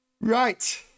Right